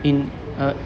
in uh